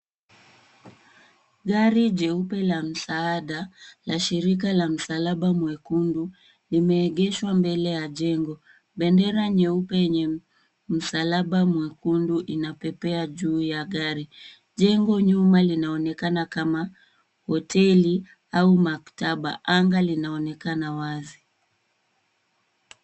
Gari jeupe la msaada la shirika la msalaba mwekundu limeegeshwa mbele ya jengo. Bendera nyeupe yenye msalaba mwekundu inapepea juu ya gari. Jengo nyuma linaonekana kama hoteli au maktaba, anga linaonekana wazi.